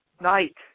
night